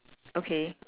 okay